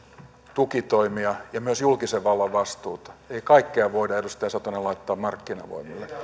tukitoimia ja myös julkisen vallan vastuuta ei kaikkea voida edustaja satonen laittaa markkinavoimiin